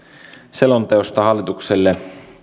selonteosta hallitukselle